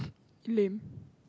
lame